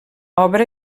obra